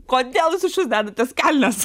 kodėl jūs išvis dedatės kelnes